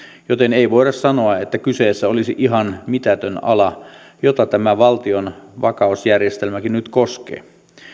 joten ei voida sanoa että kyseessä olisi ihan mitätön ala jota tämä valtiontakausjärjestelmäkin nyt koskee